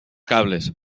cables